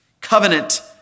covenant